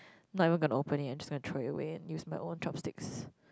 no I'm not gonna open it I'm just gonna throw it away use my own chopsticks